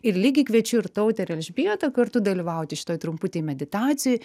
ir lygiai kviečiu ir tautę ir elžbietą kartu dalyvauti šitoj trumputėj meditacijoj